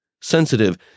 Sensitive